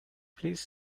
please